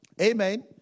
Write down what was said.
amen